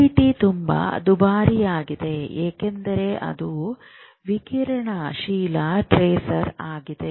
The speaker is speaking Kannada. ಪಿಇಟಿ ತುಂಬಾ ದುಬಾರಿಯಾಗಿದೆ ಏಕೆಂದರೆ ಅದು ವಿಕಿರಣಶೀಲ ಟ್ರೇಸರ್ ಆಗಿದೆ